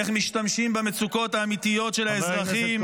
איך משתמשים במצוקות האמיתיות של האזרחים